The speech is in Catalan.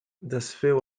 desfeu